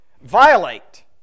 violate